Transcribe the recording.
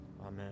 Amen